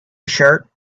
tshirt